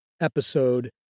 episode